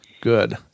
Good